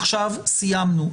עכשיו סיימנו.